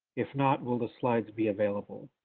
if not, will the slides be available?